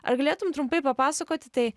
ar galėtum trumpai papasakoti tai